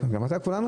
אחרים.